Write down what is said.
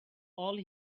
all